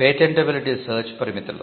patentability search పత్రాల